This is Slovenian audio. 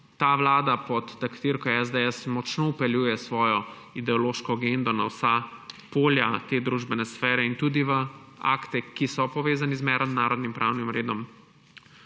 ta vlada pod taktirko SDS močno vpeljuje svojo ideološko agendo na vsa polja te družbene sfere in tudi v akte, ki so povezani z mednarodnim pravnim redom,